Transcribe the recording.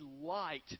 light